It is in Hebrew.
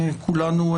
כולנו,